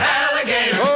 alligator